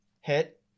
hit